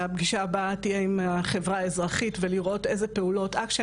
הפגישה הבאה תהיה עם החברה האזרחית ולראות איזה פעולות ACTION